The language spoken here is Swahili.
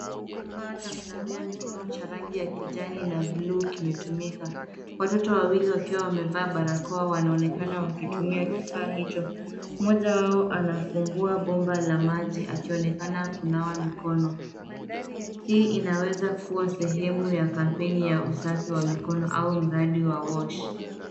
Kifaa cha kunawia mikono cha rangi ya kijani na buluu kimetumika. Watoto wawili wakiwa wamevaa barakoa wanaonekana wakitumia kifaa hicho. Moja wao anafungua bomba la maji akionekana kunawa mikono. Hii inaweza kuwa sehemu ya kampeni ya usafi wa mikono au mradi wa cs[wash]cs.